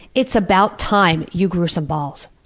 it's about time you grew some balls.